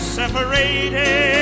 separated